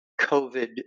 COVID